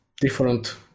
different